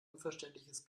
unverständliches